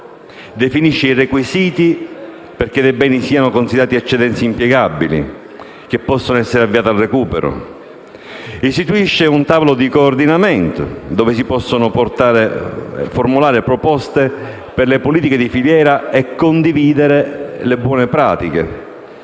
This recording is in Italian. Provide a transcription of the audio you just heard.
Definisce i requisiti perché dei beni siano considerati eccedenze impiegabili, tali da poter essere quindi avviate al recupero; istituisce un tavolo di coordinamento dove si possono formulare proposte per le politiche di filiera e condividere le buone pratiche.